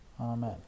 Amen